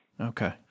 Okay